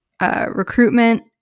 recruitment